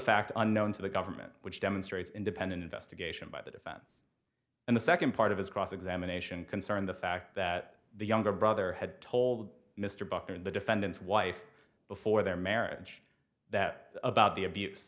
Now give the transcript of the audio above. fact unknown to the government which demonstrates independent investigation by the defense and the second part of his cross examination concern the fact that the younger brother had told mr buffett in the defendant's wife before their marriage that about the abuse